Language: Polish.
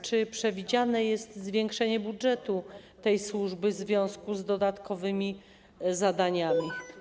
Czy przewidziane jest zwiększenie budżetu tej służby w związku z dodatkowymi zadaniami?